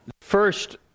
first